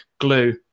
glue